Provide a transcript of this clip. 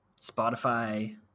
Spotify